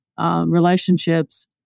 relationships